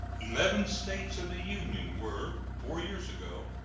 eleven states of the union were, four years ago,